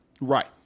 Right